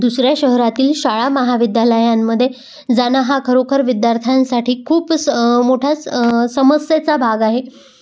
दुसऱ्या शहरातील शाळा महाविद्यालयांमध्ये जाणं हा खरोखर विद्यार्थ्यांसाठी खूपच मोठाच समस्येचा भाग आहे